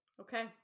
okay